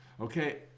okay